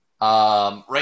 Right